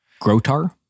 Grotar